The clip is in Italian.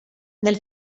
nel